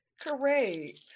Correct